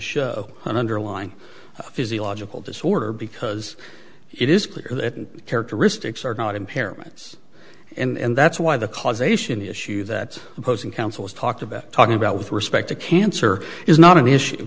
show an underlying physiological disorder because it is clear that characteristics are not impairments and that's why the causation issue that opposing counsel is talked about talking about with respect to cancer is not an issue